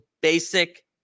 basic